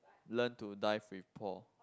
learn to dive with Paul